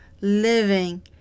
living